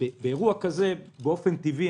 באירוע כזה באופן טבעי